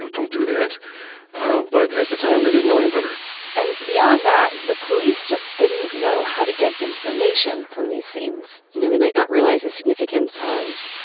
don't don't do that but at the time they didn't know any better and beyond that, the police just didn't know how to get information from these scenes you know they might not realize the significance of,